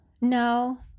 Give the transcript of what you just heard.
No